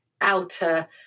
outer